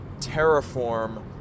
terraform